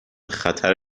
خطر